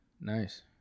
nice